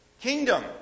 kingdom